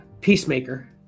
Peacemaker